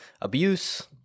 abuse